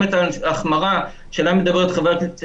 את ההחמרה שעליה מדברת חברת הכנסת אלהרר.